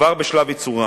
כבר בשלב ייצורם,